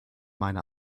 meine